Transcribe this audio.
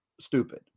stupid